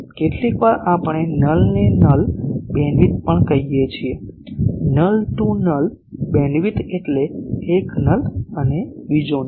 કેટલીકવાર આપણે નલ ને નલ બીમવિડ્થ પણ કહીએ છીએ નલ ટુ નલ બીમવિડ્થ એટલે એક નલ અને બીજો નલ